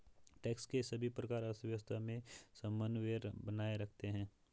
tax के सभी प्रकार अर्थव्यवस्था में समन्वय बनाए रखते हैं